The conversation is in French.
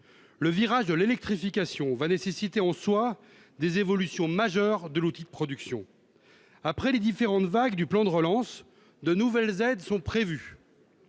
le virage de l'électrification va nécessiter en soit des évolutions majeures de l'outil de production, après les différentes vagues du plan de relance, de nouvelles aides sont prévues.